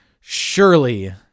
Surely